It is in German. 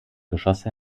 geschosse